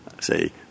say